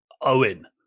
Owen